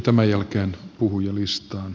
tämän jälkeen puhujalistaan